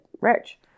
rich